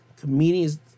comedians